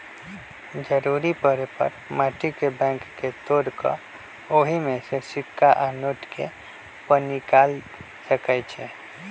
जरूरी परे पर माटी के बैंक के तोड़ कऽ ओहि में से सिक्का आ नोट के पनिकाल सकै छी